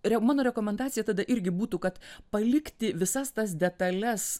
re mano rekomendacija tada irgi būtų kad palikti visas tas detales